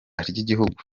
ry’igihugu